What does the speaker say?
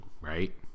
right